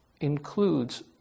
includes